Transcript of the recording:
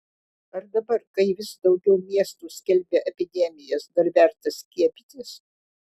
ar dabar kai vis daugiau miestų skelbia epidemijas dar verta skiepytis